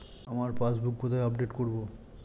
আমার পাসবুক কোথায় আপডেট করব?